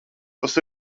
tas